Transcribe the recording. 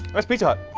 that's pizza hut.